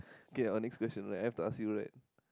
okay our next question right I have to ask you right